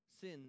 Sin